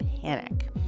panic